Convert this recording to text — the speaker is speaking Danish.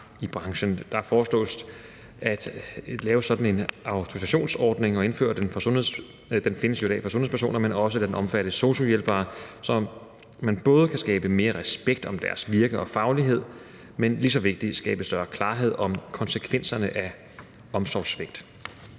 Det foreslås at lave en autorisationsordning – den findes jo i dag for sundhedspersoner, men det foreslås, at den også omfatter sosu-hjælpere, så man både kan skabe mere respekt om deres virke og faglighed, men også, og lige så vigtigt, skabe større klarhed om konsekvenserne af omsorgssvigt.